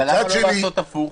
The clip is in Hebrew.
אבל למה לא לעשות הפוך?